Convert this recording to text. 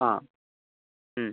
ആ